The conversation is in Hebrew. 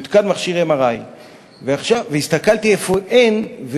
יותקן מכשיר MRI. הסתכלתי איפה אין,